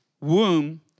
womb